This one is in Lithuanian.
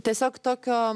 tiesiog tokio